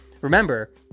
remember